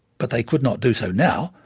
but they could not do so now,